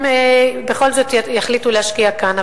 הם בכל זאת יחליטו להשקיע כאן,